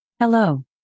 hello